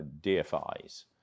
DFIs